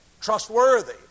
Trustworthy